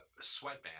sweatband